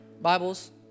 Bibles